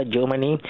Germany